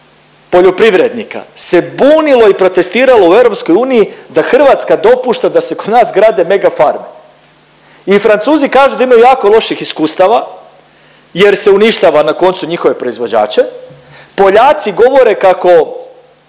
poljoprivrednika se bunilo i protestiralo u EU da Hrvatska dopušta da se kod nas grade megafarme i Francuzi kažu da imaju jako loših iskustava jer se uništava, na koncu njihove proizvođače, Poljaci govore kako